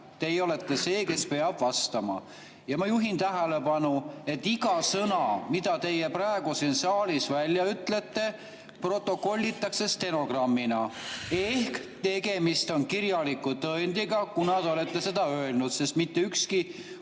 Teie olete see, kes peab vastama. Ma juhin tähelepanu, et iga sõna, mida teie praegu siin saalis ütlete, protokollitakse stenogrammina. Tegemist on kirjaliku tõendiga, kuna te olete seda öelnud. Mitte ükski